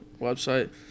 website